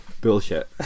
Bullshit